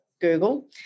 Google